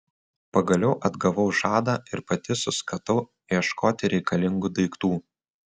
pagaliau atgavau žadą ir pati suskatau ieškoti reikalingų daiktų